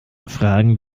fragen